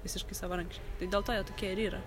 visiškai savarankiškai tai dėl to jie tokie ir yra